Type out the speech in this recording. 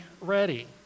ready